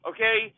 Okay